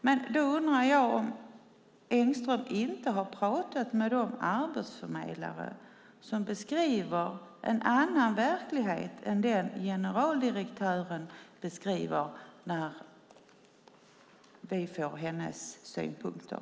Men då undrar jag om Engström inte har pratat med de arbetsförmedlare som beskriver en annan verklighet än den som generaldirektören beskriver när vi får hennes synpunkter.